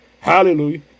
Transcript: Hallelujah